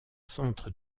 centre